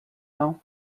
now